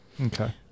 Okay